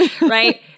right